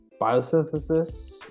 Biosynthesis